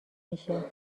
میشه